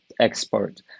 export